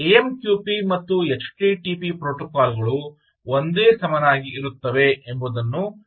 AMQP ಮತ್ತು http ಪ್ರೋಟೋಕಾಲ್ಗಳು ಒಂದೇ ಸಮನಾಗಿ ಇರುತ್ತವೆ ಎಂಬುದನ್ನು ನಾವು ತಿಳಿಯಬೇಕು